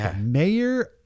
mayor